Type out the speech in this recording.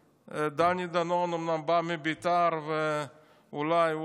דני דנון אומנם בא מבית"ר ואולי הוא עוד זוכר